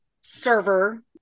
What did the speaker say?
server